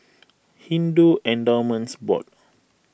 Hindu Endowments Board